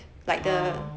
ah